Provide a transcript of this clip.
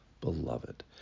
beloved